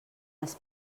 les